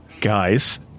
guys